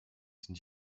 sind